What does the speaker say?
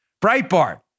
Breitbart